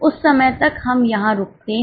उस समय तक हम यहां रुकते हैं